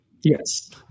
Yes